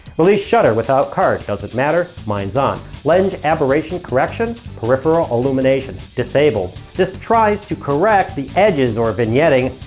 release shutter without card. doesn't matter. mine's on. lens aberration correction. peripheral illumination. disabled. this tries to correct the edges or vignetting,